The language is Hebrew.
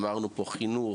אמרנו פה חינוך,